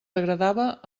agradava